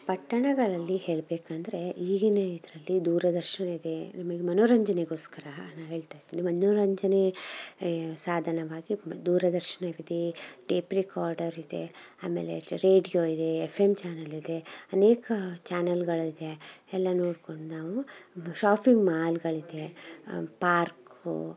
ಪಟ್ಟಣಗಳಲ್ಲಿ ಹೇಳಬೇಕಂದ್ರೆ ಈಗಿನ ಇದರಲ್ಲಿ ದೂರದರ್ಶನ ಇದೆ ನಿಮಗೆ ಮನೋರಂಜನೆಗೋಸ್ಕರ ನಾ ಹೇಳ್ತ ಇದ್ದೀನಿ ಮನೋರಂಜನೆ ಸಾಧನವಾಗಿ ಮ ದೂರದರ್ಶನವಿದೆ ಟೇಪ್ ರೆಕಾರ್ಡರ್ ಇದೆ ಆಮೇಲೆ ಇದು ರೇಡಿಯೋ ಇದೆ ಎಫ್ ಎಮ್ ಚಾನಲ್ ಇದೆ ಅನೇಕ ಚಾನೆಲ್ಗಳಿದೆ ಎಲ್ಲ ನೋಡ್ಕೊಂಡು ನಾವು ಶಾಫಿಂಗ್ ಮಾಲ್ಗಳು ಇದೆ ಪಾರ್ಕು